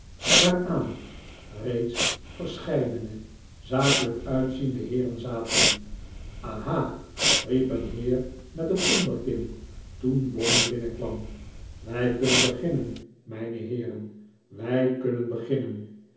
waaraan reeds verscheidene zakelijk uitziende heeren zaten aha riep een heer met een onderkin toen bonney binnenkwam wij kunnen beginnen mijne heeren wij kunnen beginnen